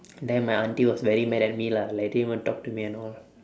then my auntie was very mad at me lah like didn't even talk to me and all